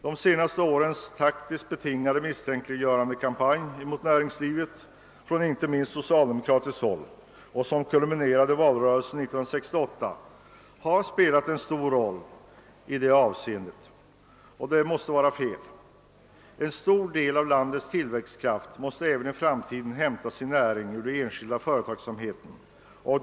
De senaste årens taktiskt betingade misstänkliggörande kampanj mot näringslivet, inte minst från socialdemokratiskt håll, som kulminerade under valrörelsen 1968, har spelat en stor roll i det avseendet. Detta måste vara fel. En stor del av landets tillväxtkraft måste även i framtiden hämta sin näring ur den enskilda företagsamheten.